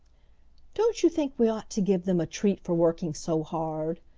don't you think we ought to give them a treat for working so hard?